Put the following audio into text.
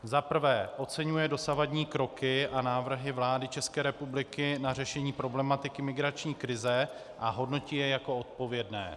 za prvé oceňuje dosavadní kroky a návrhy vlády ČR na řešení problematiky migrační krize a hodnotí je jako odpovědné;